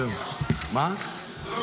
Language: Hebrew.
תאשר,